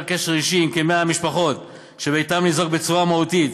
קשר אישי עם כ-100 המשפחות שביתם ניזוק בצורה מהותית